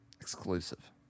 Exclusive